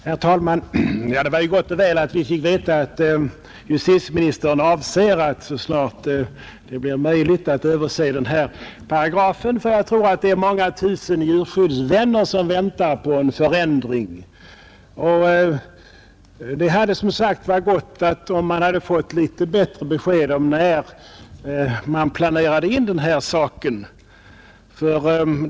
Herr talman! Det var gott och väl att vi fick veta att justitieministern avser att så snart som möjligt överse paragrafen. Jag tror att många tusen djurskyddsvänner väntar på en förändring. Men det hade, som sagt, varit ännu bättre om vi också hade fått något besked om när den saken planeras in.